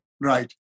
right